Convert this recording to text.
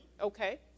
Okay